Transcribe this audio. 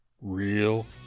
real